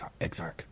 exarch